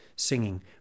singing